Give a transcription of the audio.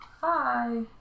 Hi